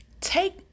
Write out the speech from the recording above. Take